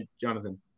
Jonathan